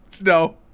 no